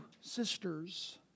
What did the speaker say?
sisters